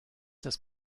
das